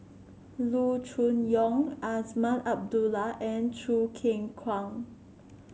Loo Choon Yong Azman Abdullah and Choo Keng Kwang